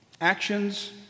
Actions